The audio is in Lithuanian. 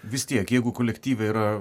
vis tiek jeigu kolektyve yra